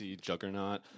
juggernaut